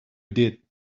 did